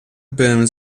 byłem